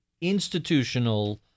institutional